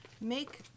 make